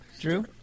Drew